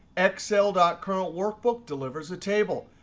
excel dot current workbook delivers a table.